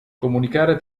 comunicare